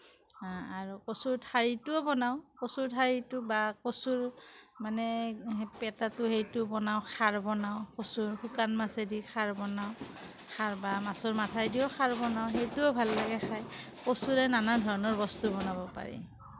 আৰু কচুৰ ঠাৰিটোও বনাওঁ কচুৰ ঠাৰিটো বা কচুৰ মানে পেতাটো সেইটো বনাওঁ খাৰ বনাওঁ কচুৰ শুকান মাছেদি খাৰ বনাওঁ খাৰ বা মাছৰ মাথায়েদিও খাৰ বনাওঁ সেইটোও ভাল লাগে খাই কচুৰে নানা ধৰণৰ বস্তু বনাব পাৰি